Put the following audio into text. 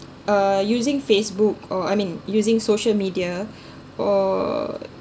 uh using facebook or I mean using social media or